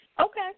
Okay